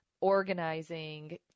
organizing